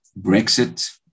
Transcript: Brexit